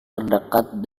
terdekat